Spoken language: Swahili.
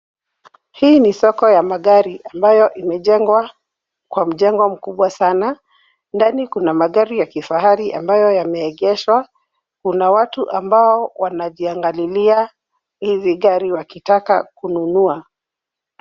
Hii ni soko ya magari ambayo imejengwa kwa mjengo mkubwa sana, ndani kuna magari ya kifahari ambayo yameegeshwa, kuna watu ambao wanajiangalilia hizi gari wakitaka kununua.